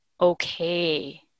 okay